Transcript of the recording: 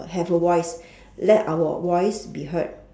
have a voice let our voice be heard